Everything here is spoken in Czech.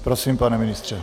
Prosím, pane ministře.